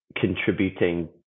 contributing